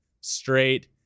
straight